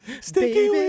Sticky